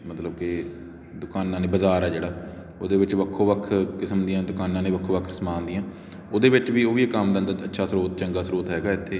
ਮਤਲਬ ਕਿ ਦੁਕਾਨਾਂ ਨੇ ਬਾਜ਼ਾਰ ਆ ਜਿਹੜਾ ਉਹਦੇ ਵਿੱਚ ਵੱਖੋ ਵੱਖ ਕਿਸਮ ਦੀਆਂ ਦੁਕਾਨਾਂ ਨੇ ਵੱਖੋ ਵੱਖ ਸਮਾਨ ਦੀਆਂ ਉਹਦੇ ਵਿੱਚ ਵੀ ਉਹ ਵੀ ਇੱਕ ਆਮਦਨ ਦਾ ਅੱਛਾ ਸਰੋਤ ਚੰਗਾ ਸਰੋਤ ਹੈਗਾ ਇੱਥੇ